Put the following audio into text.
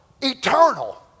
eternal